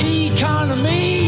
economy